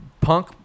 punk